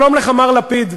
שלום לך, מר לפיד,